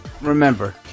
remember